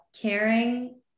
caring